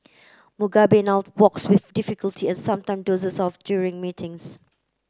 Mugabe now walks with difficulty and sometime dozes off during meetings